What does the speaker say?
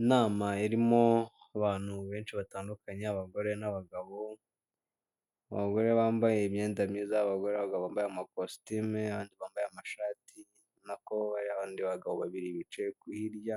Inama irimo abantu benshi batandukanye, abagore n'abagabo. Abagore bambaye imyenda myiza, abagabo bambaye amakositime abandi bambaye amashati nako bariya bandi bagabo babiri bicaye hirya